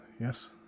yes